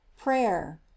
prayer